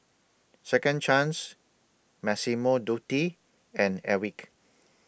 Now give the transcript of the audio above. Second Chance Massimo Dutti and Airwick